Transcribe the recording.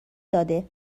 داده